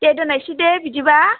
दे दोननायसै दे बिदिबा